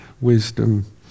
wisdom